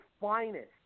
finest